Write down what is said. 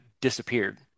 disappeared